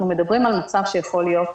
אנחנו מדברים על מצב שיכול להיות